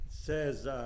says